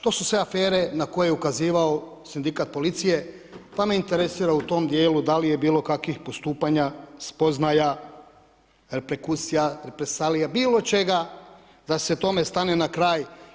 To su sve afere na koje je ukazivao sindikat policije, pa me interesira u tom dijelu da li je bilo kakvih postupanja, spoznaja, reperkusija, represalija, bilo čega da se tome stane na kraj.